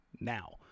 now